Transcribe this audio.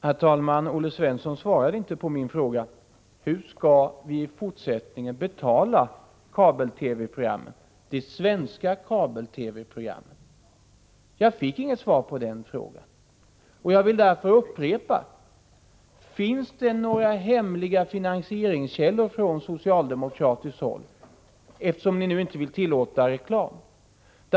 Herr talman! Olle Svensson svarade inte på min fråga: Hur skall vi i fortsättningen betala de svenska kabel-TV-programmen? Jag vill därför upprepa: Har ni på socialdemokratiskt håll några hemliga finansieringskällor, eftersom ni inte vill tillåta reklam?